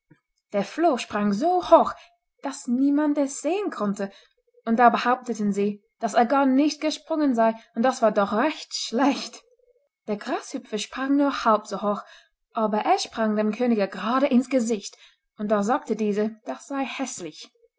der floh sprang so hoch daß niemand es sehen konnte und da behaupteten sie daß er gar nicht gesprungen sei und das war doch recht schlecht der grashüpfer sprang nur halb so hoch aber er sprang dem könige gerade ins gesicht und da sagte dieser das sei häßlich